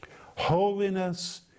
Holiness